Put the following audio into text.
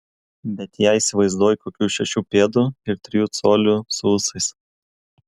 bet ją įsivaizduoju kokių šešių pėdų ir trijų colių su ūsais